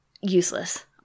useless